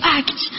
act